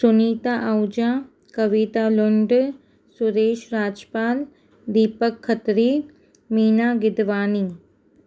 Sunita Ahuja Kavita Lund Suresh Rajpal Deepak Khatri Meena Gidwani